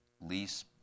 lease